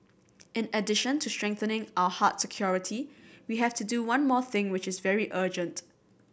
in addition to strengthening our hard security we have to do one more thing which is very urgent